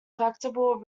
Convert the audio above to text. collectible